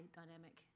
dynamic